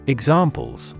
Examples